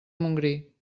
montgrí